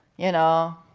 you know,